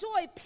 joy